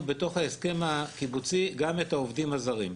בתוך ההסכם הקיבוצי גם את העובדים הזרים.